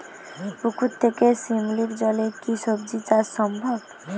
পুকুর থেকে শিমলির জলে কি সবজি চাষ সম্ভব?